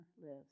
lives